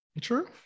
True